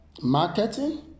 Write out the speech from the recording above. marketing